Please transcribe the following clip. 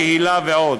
קהילה ועוד.